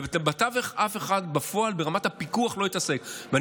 ובתווך אף אחד לא התעסק בפועל ברמת הפיקוח.